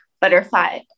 butterfly